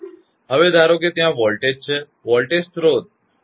હવે ધારો કે ત્યાં વોલ્ટેજ છે વોલ્ટેજ સ્રોત અને ત્યાં એક સ્વીચ છે